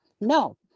No